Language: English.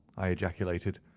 i ejaculated.